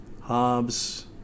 Hobbes